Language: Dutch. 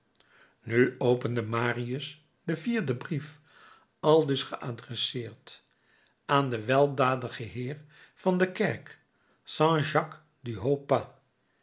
nu opende marius den vierden brief aldus geadresseerd aan den weldadigen heer van de kerk st jacques du